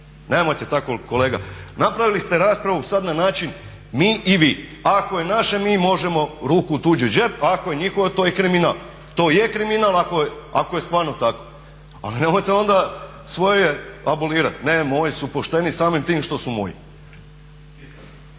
Nemojte tako kolega. Napravili ste raspravu sada na način, mi i vi. Ako je naše mi možemo ruku u tuđi džep, ali je njihovo to je kriminal. To je kriminal ako je stvarno tako. Ali nemojte onda svoje abolirati. Ne, moji su pošteni samim tim što su moji.